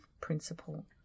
principle